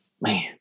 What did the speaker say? man